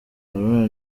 haruna